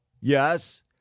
yes